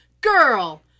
girl